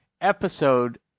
episode